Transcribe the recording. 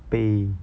被